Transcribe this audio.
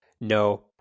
no